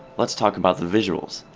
let's talk about the visuals.